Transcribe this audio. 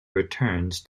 returns